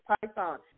Python